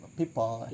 people